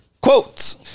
Quotes